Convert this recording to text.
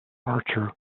archer